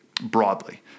broadly